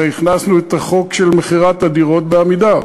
הרי הכנסנו את החוק של מכירת הדירות של "עמידר".